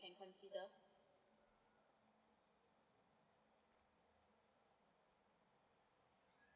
consider